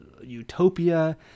utopia